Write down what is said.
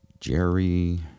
Jerry